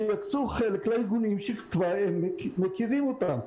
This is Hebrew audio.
חלק לארגונים שהם כבר מכירים אותם,